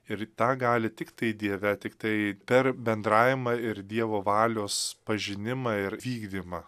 ir tą gali tiktai dieve tiktai per bendravimą ir dievo valios pažinimą ir vykdymą